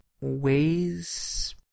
ways